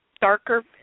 Darker